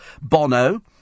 Bono